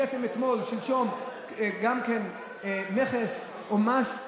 הבאתם שלשום מכס או מס,